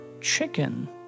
Chicken